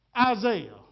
Isaiah